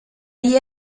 liées